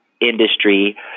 Industry